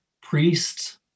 Priests